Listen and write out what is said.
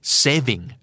saving